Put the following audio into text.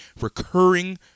recurring